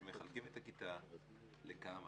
שמחלקים את הכיתה לכמה.